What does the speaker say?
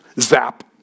Zap